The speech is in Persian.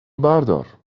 بردار